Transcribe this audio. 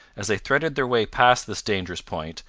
as they threaded their way past this dangerous point,